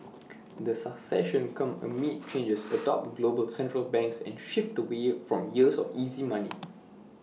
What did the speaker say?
the succession comes amid changes atop global central banks and shift away from years of easy money